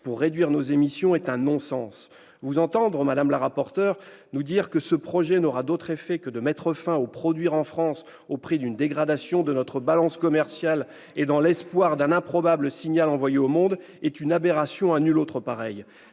pour réduire nos émissions » est un non-sens. Vous entendre, madame la rapporteur, nous dire que « ce projet n'aura d'autre effet que de mettre fin au " produire en France " au prix d'une dégradation de notre balance commerciale et dans l'espoir d'un improbable signal envoyé au monde » est une aberration à nulle autre pareille.